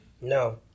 No